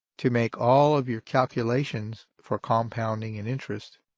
to make all of your calculations for compounding and interest,